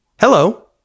Hello